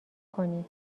کنی